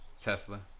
Tesla